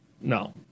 No